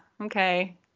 okay